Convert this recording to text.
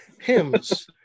Hymns